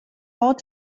ought